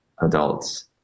adults